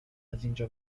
ازاینجا